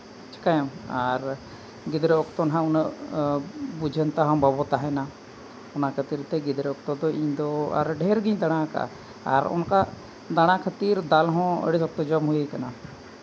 ᱪᱤᱠᱟᱹᱭᱟᱢ ᱟᱨ ᱜᱤᱫᱽᱨᱟᱹ ᱚᱠᱛᱚ ᱦᱟᱸᱜ ᱩᱱᱟᱹᱜ ᱵᱩᱡᱷᱟᱹᱱᱛᱟ ᱦᱚᱸ ᱵᱟᱵᱚᱱ ᱛᱟᱦᱮᱱᱟ ᱚᱱᱟ ᱠᱷᱟᱹᱛᱤᱨ ᱛᱮ ᱜᱤᱫᱽᱨᱟᱹ ᱚᱠᱛᱚ ᱫᱚ ᱤᱧᱫᱚ ᱟᱨ ᱰᱷᱮᱹᱨ ᱜᱤᱧ ᱫᱟᱬᱟ ᱟᱠᱟᱜᱼᱟ ᱟᱨ ᱚᱱᱠᱟ ᱫᱟᱬᱟ ᱠᱷᱟᱹᱛᱤᱨ ᱫᱟᱞ ᱦᱚᱸ ᱟᱹᱰᱤ ᱥᱚᱠᱛᱚ ᱡᱚᱢ ᱦᱩᱭ ᱠᱟᱱᱟ